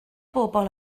bobl